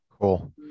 Cool